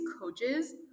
coaches